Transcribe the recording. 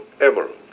emerald